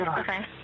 okay